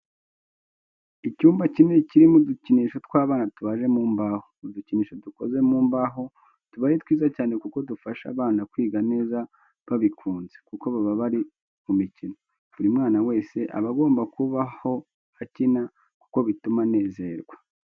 Icyumba kinini kirimo udukinisho tw'abana tubaje mu mbaho. Udukinisho dukoze mu mbaho tuba ari twiza cyane kuko dufasha abana kwiga neza babikunze, kuko baba bari mu mikino. Buri mwana wese aba agomba kubaho akina, kuko bituma anezerwa.